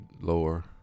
lower